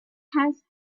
has